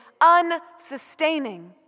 unsustaining